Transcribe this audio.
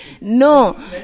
no